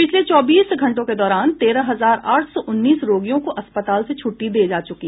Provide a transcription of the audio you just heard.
पिछले चौबीस घंटों के दौरान तेरह हजार आठ सौ उन्नीस रोगियों को अस्पताल से छुट्टी दे दी गई